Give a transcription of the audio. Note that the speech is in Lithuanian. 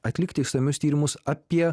atlikti išsamius tyrimus apie